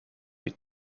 your